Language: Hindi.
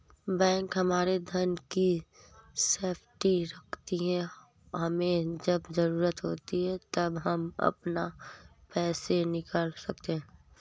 बैंक हमारे धन की सेफ्टी रखती है हमे जब जरूरत होती है तब हम अपना पैसे निकल सकते है